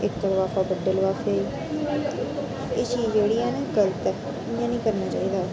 इक लफाफा बड्डे लफाफे च एह् चीज जेह्ड़ी ऐ ना गलत ऐ इ'यां नी करना चाहिदा